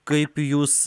kaip jūs